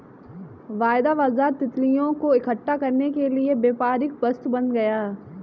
वायदा बाजार तितलियों को इकट्ठा करने के लिए व्यापारिक वस्तु बन गया